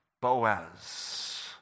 Boaz